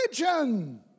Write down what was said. religion